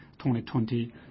2020